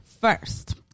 first